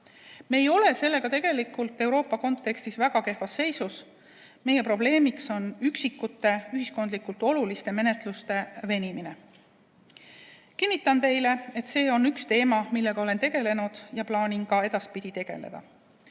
Me ei ole sellega tegelikult Euroopa kontekstis väga kehvas seisus. Meie probleemiks on üksikute ühiskondlikult oluliste menetluste venimine. Kinnitan teile, et see on üks teema, millega olen tegelenud ja plaanin ka edaspidi tegeleda.